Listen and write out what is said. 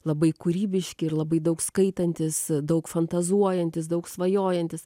labai kūrybiški ir labai daug skaitantys daug fantazuojantys daug svajojantys